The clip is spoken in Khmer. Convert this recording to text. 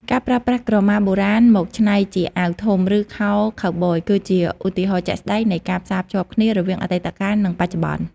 ការប្រើប្រាស់ក្រមាបុរាណមកច្នៃជាអាវធំ ឬខោខូវប៊យ គឺជាឧទាហរណ៍ជាក់ស្តែងនៃការផ្សារភ្ជាប់គ្នារវាងអតីតកាលនិងបច្ចុប្បន្ន។